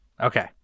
Okay